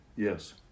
Yes